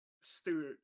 Stewart